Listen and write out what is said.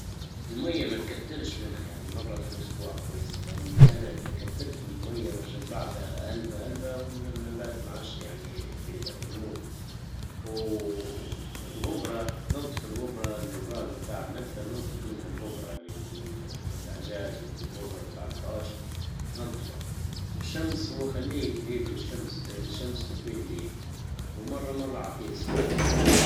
المية ما تكترش منها يعني مرة في الاسبوع كويس لان كان انت كترت من المية وشبعت هلبا هلبا نبات ما عاش يعني في ده يموت و غبرة نظف الغبرة الوراق متاع النبتة نظف منها الغبرة اللي من العجاج والغبرة بتاع الحوش نضفه الشمس هو خليه جريب للشمس لان الشمس مفيدليه ومره مره أعطيه سماد